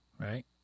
right